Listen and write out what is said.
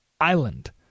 island